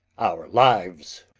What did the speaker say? our lives?